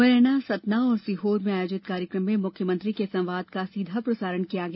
मुरैना सतना और सीहोर में आयोजित कार्यक्रम में मुख्यमंत्री के संवाद का सीधा प्रसारण किया गया